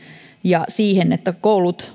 ja siihen että koulut